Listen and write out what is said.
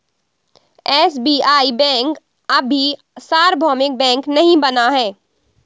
SBI bank अभी सार्वभौमिक bank नहीं बना है